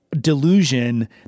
delusion